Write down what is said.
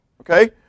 okay